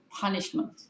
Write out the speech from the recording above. punishment